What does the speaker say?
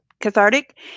cathartic